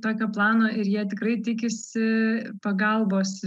tokio plano ir jie tikrai tikisi pagalbos